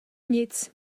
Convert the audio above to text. nic